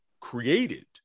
created